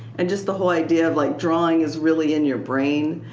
and just the whole idea of like drawing is really in your brain,